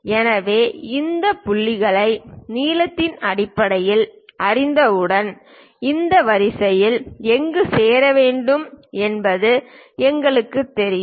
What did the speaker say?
எனவே இந்த புள்ளிகளை நீளத்தின் அடிப்படையில் அறிந்தவுடன் இந்த வரிசையில் எங்கு சேர வேண்டும் என்பது எங்களுக்குத் தெரியும்